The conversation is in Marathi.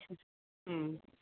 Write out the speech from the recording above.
अच्छा हं